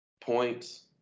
points